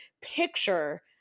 picture